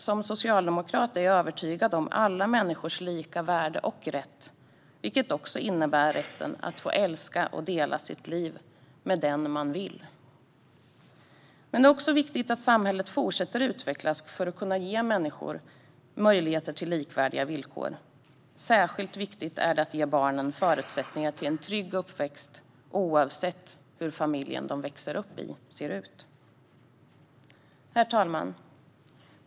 Som socialdemokrat är jag övertygad om vikten av alla människors lika värde och rätt, vilket också innebär rätten att få älska och dela sitt liv med den man vill. Det är också viktigt att samhället fortsätter att utvecklas för att kunna ge människor möjligheter till likvärdiga villkor. Särskilt viktigt är det att ge barnen förutsättningar till en trygg uppväxt, oavsett hur familjen som de växer upp i ser ut. Herr talman!